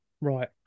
right